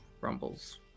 rumbles